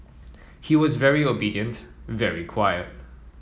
he was very obedient very quiet